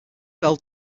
bell